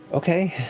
okay.